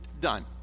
done